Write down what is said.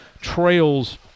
Trails